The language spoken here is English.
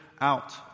out